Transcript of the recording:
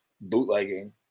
bootlegging